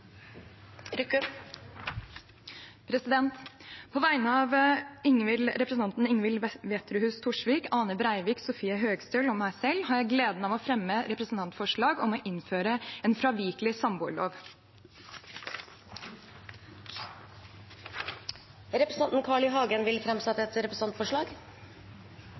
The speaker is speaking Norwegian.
På vegne av representantene Ingvild Wetrhus Thorsvik, Ane Breivik og Sofie Høgestøl og meg selv har jeg gleden av å fremme et representantforslag om å innføre en fravikelig samboerlov. Representanten Carl I. Hagen vil framsette et representantforslag.